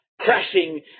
crashing